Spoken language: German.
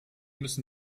müssen